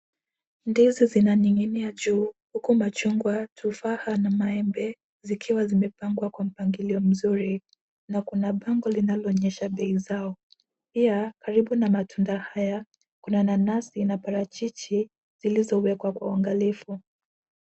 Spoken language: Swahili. Ndizi zinaning'inia juu huku machungwa, tufaha na maembe zikiwa zimepangwa kwa mpangilio mzuri na kuna bango ambalo linaloonyesha bei zao. Pia karibu na matunda haya, kuna nanasi na parachichi zilizowekwa kwa uangalifu.